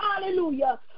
Hallelujah